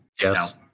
Yes